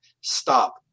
stop